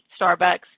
Starbucks